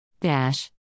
Dash